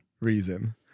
reason